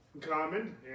common